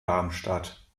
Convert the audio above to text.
darmstadt